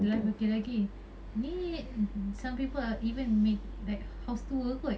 live okay lagi ni some people err even make like house tour kot